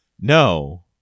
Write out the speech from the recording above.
no